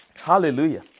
Hallelujah